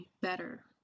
better